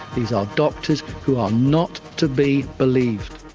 these are doctors who are not to be believed.